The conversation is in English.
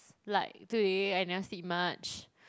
like today I never sleep much